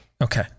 Okay